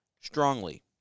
Strongly